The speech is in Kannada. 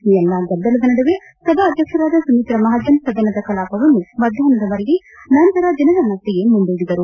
ಈ ಎಲ್ಲಾ ಗದ್ದಲದ ನಡುವೆ ಸಭಾಧ್ಯಕ್ಷರಾದ ಸಮಿತ್ರ ಮಹಾಜನ್ ಸದನದ ಕಲಾಪವನ್ನು ಮಧ್ಯಾಪ್ನದ ವರೆಗೆ ನಂತರ ದಿನದ ಮಟ್ಟಿಗೆ ಮುಂದೂಡಿದರು